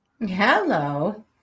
Hello